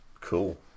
Cool